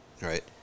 Right